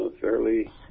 fairly